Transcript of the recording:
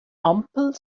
ampel